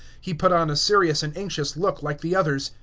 he put on a serious and anxious look like the others.